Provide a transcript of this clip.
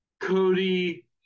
Cody